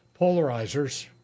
polarizers